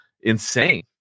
insane